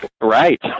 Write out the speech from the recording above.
Right